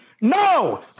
No